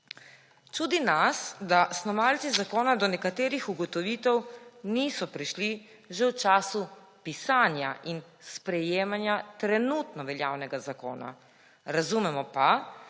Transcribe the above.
Čudi nas, da snovalci zakona do nekaterih ugotovitev niso prišli že v času pisanja in sprejemanja trenutno veljavnega zakona. Razumemo pa,